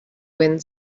wind